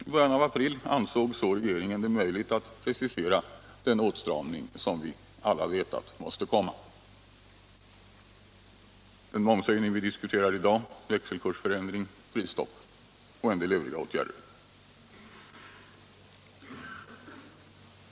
I början av april ansåg regeringen det möjligt att precisera den åtstramning som vi alla vetat måste komma: den momshöjning vi diskuterar i dag, växelkursförändring, prisstopp och en del övriga åtgärder.